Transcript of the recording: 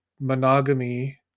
monogamy